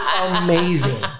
amazing